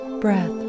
breath